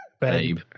babe